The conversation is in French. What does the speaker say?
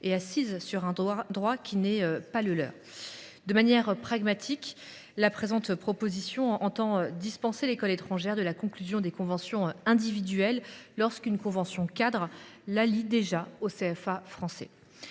et assises sur un droit qui n’est pas le leur. Ainsi, de manière pragmatique, la présente proposition de loi tend à dispenser l’école étrangère de la conclusion de conventions individuelles lorsqu’une convention cadre la lie déjà au CFA français.